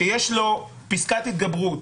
שיש לו פסקת התגברות